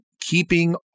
keeping